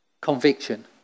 conviction